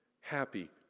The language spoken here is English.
happy